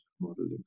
modeling